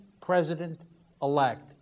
president-elect